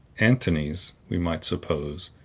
antony's, we might suppose,